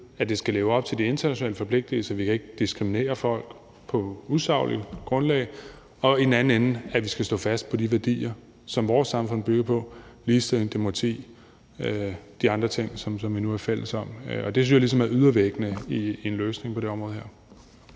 side skal leve op til de internationale forpligtigelser – vi kan ikke diskriminere folk på et usagligt grundlag – og at vi i den anden ende skal stå fast på de værdier, som vores samfund bygger på, altså ligestilling, demokrati og de andre ting, som vi nu er fælles om. Det synes jeg ligesom er ydervæggene i en løsning på det her